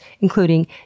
including